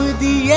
the